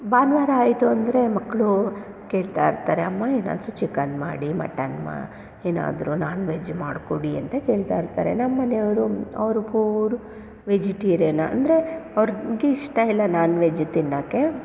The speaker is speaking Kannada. ಭಾನುವಾರ ಆಯಿತು ಅಂದರೆ ಮಕ್ಳು ಕೇಳ್ತಾಯಿರ್ತಾರೆ ಅಮ್ಮ ಏನಾದರು ಚಿಕನ್ ಮಾಡಿ ಮಟನ್ ಮಾ ಏನಾದರು ನಾನ್ ವೆಜ್ ಮಾಡಿಕೊಡಿ ಅಂತ ಕೇಳ್ತಾಯಿರ್ತಾರೆ ನಮ್ಮ ಮನೆಯವ್ರು ಅವರು ಪೂರ್ ವೆಜಿಟೇರಿಯನ್ ಅಂದರೆ ಅವ್ರಿಗೆ ಇಷ್ಟ ಇಲ್ಲ ನಾನ್ ವೆಜ್ ತಿನ್ನಕ್ಕೆ